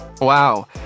Wow